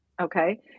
Okay